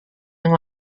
yang